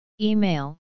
Email